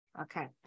okay